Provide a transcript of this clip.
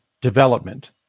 development